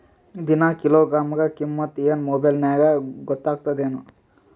ದಿನಾ ಕಿಲೋಗ್ರಾಂ ಕಿಮ್ಮತ್ ಏನ್ ಮೊಬೈಲ್ ನ್ಯಾಗ ಗೊತ್ತಾಗತ್ತದೇನು?